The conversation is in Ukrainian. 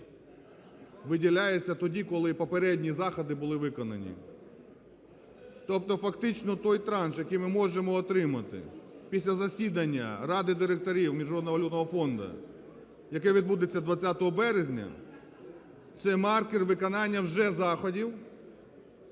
виділяється тоді, коли попередні заходи були виконані. Тобто фактично той транш, який ми можемо отримати після засідання Ради директорів Міжнародно-валютного фонду, яке відбудеться 20 березня, це маркер виконання вже заходів